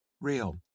Real